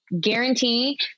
guarantee